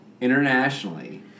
internationally